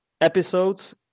episodes